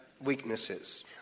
weaknesses